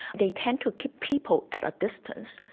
they tend to keep people at a distance.